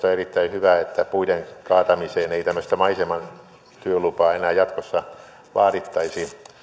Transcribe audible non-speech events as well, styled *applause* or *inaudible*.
*unintelligible* on erittäin hyvä että puiden kaatamiseen ei tämmöistä maisematyölupaa enää jatkossa vaadittaisi